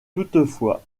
toutefois